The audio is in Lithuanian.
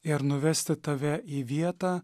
ir nuvesti tave į vietą